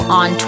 on